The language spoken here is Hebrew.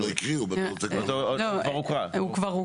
עוד לא הקריאו הוא כבר הוקרא לא,